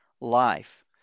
life